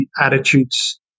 attitudes